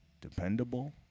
dependable